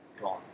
Gone